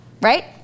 right